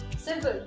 simple!